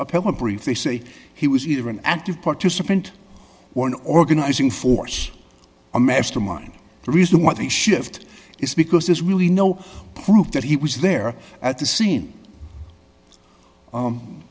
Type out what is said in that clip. appellate brief they say he was either an active participant or an organizing force a mastermind the reason want to shift is because there's really no proof that he was there at the scene